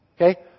Okay